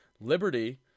Liberty